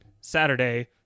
Saturday